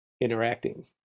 interacting